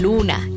Luna